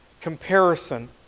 comparison